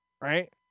Right